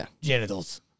genitals